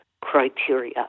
criteria